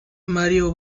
mario